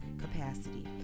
capacity